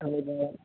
ಹೌದಾ